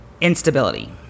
instability